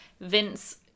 Vince